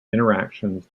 interactions